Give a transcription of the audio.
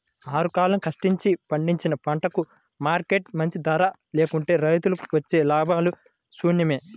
ఆరుగాలం కష్టించి పండించిన పంటకు మార్కెట్లో మంచి ధర లేకుంటే రైతులకు వచ్చే లాభాలు శూన్యమే